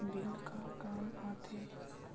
Bill का काम आ थे?